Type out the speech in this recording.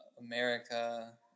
America